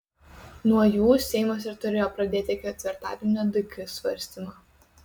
nuo jų seimas ir turėjo pradėti ketvirtadienio dk svarstymą